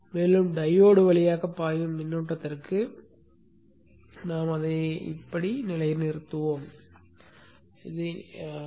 மேலும் டையோடு வழியாக பாயும் மின்னோட்டத்திற்கு நாம் அதை இப்படி நிலைநிறுத்துவோம் என்பதை நீங்கள் காண்பீர்கள்